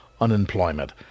unemployment